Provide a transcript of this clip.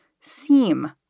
seem